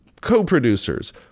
co-producers